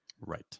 Right